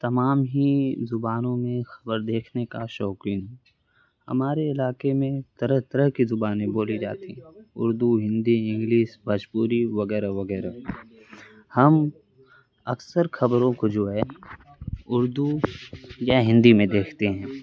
تمام ہی زبانوں میں خبر دیکھنے کا شوقین ہوں ہمارے علاقے میں طرح طرح کی زبانیں بولی جاتی ہیں اردو ہندی انگلس بھوجپوری وغیرہ وغیرہ ہم اکثر خبروں کو جو ہے اردو یا ہندی میں دیکھتے ہیں